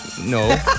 no